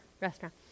restaurant